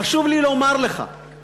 חשוב לי לומר לך,